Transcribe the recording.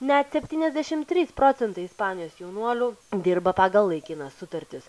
net septyniasdešim trys procentai ispanijos jaunuolių dirba pagal laikinas sutartis